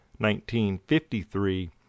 1953